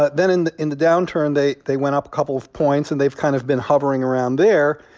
but then in the in the downturn, they they went up a couple of points, and they've kind of been hovering around there.